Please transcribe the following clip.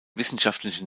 wissenschaftlichen